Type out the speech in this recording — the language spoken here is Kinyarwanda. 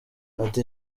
ati